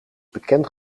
bekend